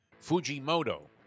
Fujimoto